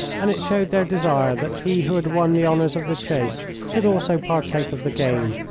and it showed their desire that he who had won the honours of the chase should also partake of the game.